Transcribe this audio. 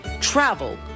Travel